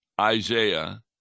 Isaiah